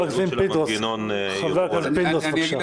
חבר הכנסת פינדרוס, בבקשה.